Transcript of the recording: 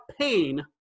pain